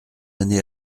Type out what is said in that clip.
année